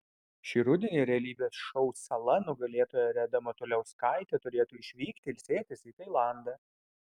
šį rudenį realybės šou sala nugalėtoja reda matuliauskaitė turėtų išvykti ilsėtis į tailandą